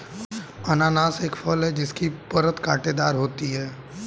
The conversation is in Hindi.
अनन्नास एक फल है जिसकी परत कांटेदार होती है